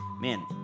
Man